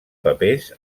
papers